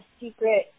secret